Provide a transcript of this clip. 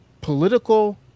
political